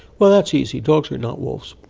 well, that's easy, dogs are not wolves.